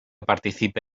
participe